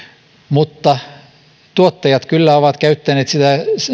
mutta tuottajat ovat kyllä käyttäneet sitä